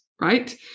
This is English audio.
Right